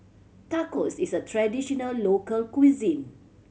tacos is a traditional local cuisine